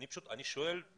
אני שואל,